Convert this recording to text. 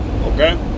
okay